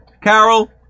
Carol